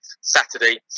Saturday